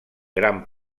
gran